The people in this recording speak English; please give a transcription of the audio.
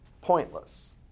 pointless